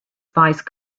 vice